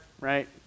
right